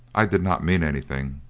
i did not mean anything.